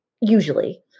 Usually